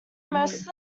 most